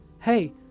Hey